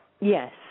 Yes